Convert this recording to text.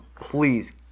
Please